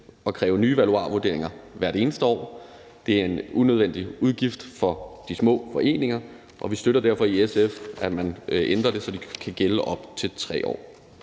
at kræve nye valuarvurderinger hvert eneste år. Det er en unødvendig udgift for de små foreninger, og vi støtter derfor i SF, at man ændrer det, så de kan gælde op til 3 år.